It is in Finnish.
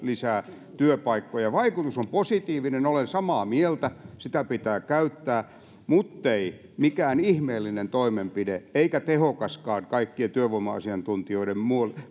lisää työpaikkoja vaikutus on positiivinen olen samaa mieltä sitä pitää käyttää muttei mikään ihmeellinen toimenpide eikä tehokaskaan kaikkien työvoima asiantuntijoiden